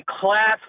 Class